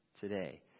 today